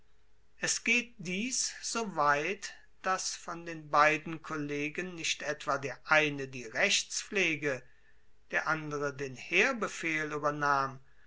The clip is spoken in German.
es geht dies so weit dass von den beiden kollegen nicht etwa der eine die rechtspflege der andere den heerbefehl uebernahm